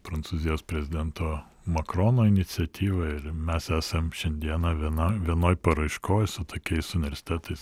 prancūzijos prezidento makrono iniciatyvą ir mes esam šiandieną vienam vienoj paraiškoj su tokiais universitetais